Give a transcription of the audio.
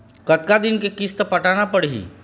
कतका दिन के किस्त पटाना पड़ही?